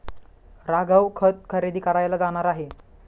राघव खत खरेदी करायला जाणार आहे